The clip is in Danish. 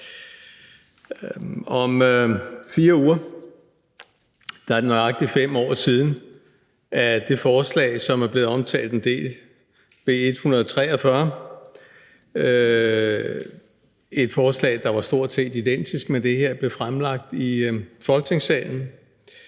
Om 4 uger er det nøjagtig 5 år siden, at det forslag, som er blevet omtalt en del, B 143 – et forslag, der var stort set identisk med det her – blev fremsat i Folketingssalen.